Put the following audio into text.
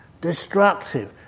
destructive